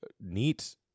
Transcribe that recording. neat